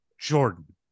Jordan